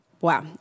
Wow